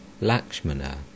Lakshmana